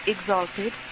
exalted